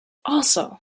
also